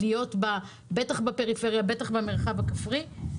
בטח בפריפריה ובמרחב הכפרי.